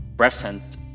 present